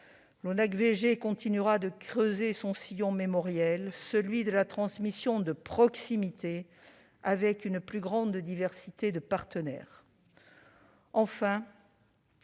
L'ONACVG continuera de creuser son sillon mémoriel, celui de la transmission de proximité avec une plus grande diversité de partenaires.